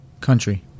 Country